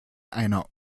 einer